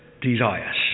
desires